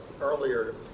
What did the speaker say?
Earlier